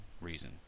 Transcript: reason